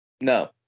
No